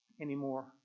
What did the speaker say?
anymore